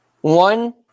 One